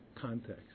context